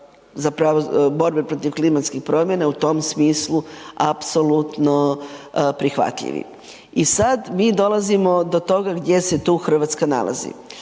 borbe protiv klimatskih promjena i u tom smislu apsolutno prihvatljivi. I sada mi dolazimo do toga gdje su tu Hrvatska nalazi.